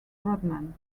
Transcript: rodman